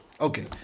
Okay